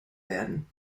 werden